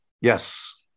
Yes